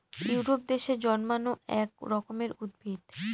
Europe দেশে জন্মানো এক রকমের উদ্ভিদ